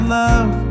love